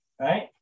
right